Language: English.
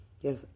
Yes